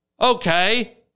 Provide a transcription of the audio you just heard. Okay